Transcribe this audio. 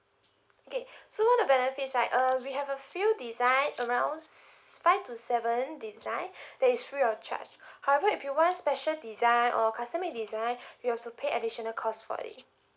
okay so one of the benefits right uh we have a few design around five to seven design that is free of charge however if you want special design or custom made design you have to pay additional cost for it